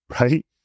right